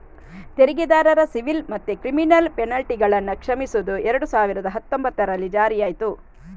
ತೆರಿಗೆದಾರರ ಸಿವಿಲ್ ಮತ್ತೆ ಕ್ರಿಮಿನಲ್ ಪೆನಲ್ಟಿಗಳನ್ನ ಕ್ಷಮಿಸುದು ಎರಡು ಸಾವಿರದ ಹತ್ತೊಂಭತ್ತರಲ್ಲಿ ಜಾರಿಯಾಯ್ತು